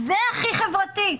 זה הכי חברתי.